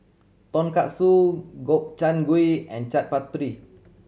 Tonkatsu Gobchang Gui and Chaat Papri